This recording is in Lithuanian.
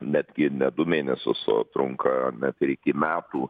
netgi ne du mėnesius o trunka net iki metų